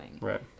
Right